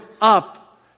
up